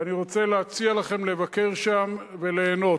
ואני רוצה להציע לכם לבקר שם וליהנות.